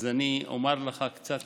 אני אומר לך קצת